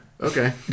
Okay